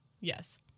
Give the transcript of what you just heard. Yes